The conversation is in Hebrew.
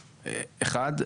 אחד,